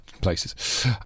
places